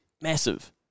massive